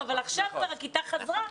אבל עכשיו כבר הכיתה חזרה.